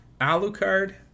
Alucard